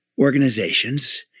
organizations